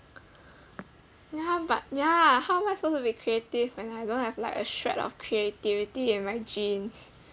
ya but ya how am I supposed to be creative when I don't like a shred of creativity in my genes